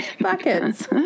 Buckets